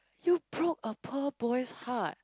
you broke a poor boy's heart